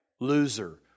loser